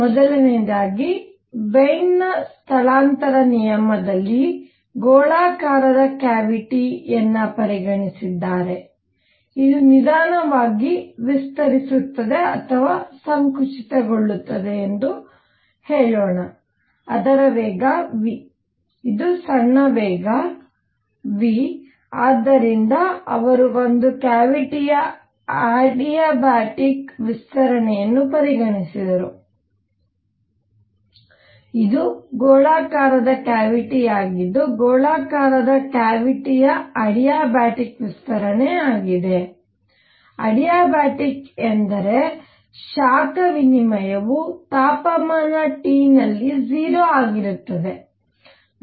ಮೊದಲನೆಯದಾಗಿ ವೀನ್ನ ಸ್ಥಳಾಂತರ ನಿಯಮದಲ್ಲಿ ಗೋಳಾಕಾರದ ಕ್ಯಾವಿಟಿ ಪರಿಗಣಿಸಿದ್ದಾರೆ ಇದು ನಿಧಾನವಾಗಿ ವಿಸ್ತರಿಸುತ್ತಿದೆ ಅಥವಾ ಸಂಕುಚಿತಗೊಳ್ಳುತ್ತದೆ ಎಂದು ಹೇಳೋಣ ಅದರ ವೇಗ v ಇದು ಸಣ್ಣ ವೇಗ v ಆದ್ದರಿಂದ ಅವರು ಒಂದು ಕ್ಯಾವಿಟಿಯ ಅಡಿಯಾಬಾಟಿಕ್ ವಿಸ್ತರಣೆಯನ್ನು ಪರಿಗಣಿಸಿದರು ಇದು ಗೋಳಾಕಾರದ ಕ್ಯಾವಿಟಿಯಾಗಿದ್ದು ಗೋಳಾಕಾರದ ಕ್ಯಾವಿಟಿಯ ಅಡಿಯಾಬಾಟಿಕ್ ವಿಸ್ತರಣೆ ಆಗಿದೆ ಅಡಿಯಾಬಾಟಿಕ್ ಎಂದರೆ ಶಾಖ ವಿನಿಮಯವು ತಾಪಮಾನ T ನಲ್ಲಿ 0 ಆಗಿರುತ್ತದೆ